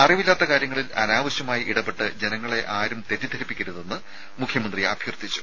അറിവില്ലാത്ത കാര്യങ്ങളിൽ അനാവശ്യമായി ഇടപെട്ട് ജനങ്ങളെ ആരും തെറ്റിദ്ധരിപ്പിക്കരുതെന്ന് മുഖ്യമന്ത്രി അഭ്യർത്ഥിച്ചു